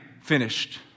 finished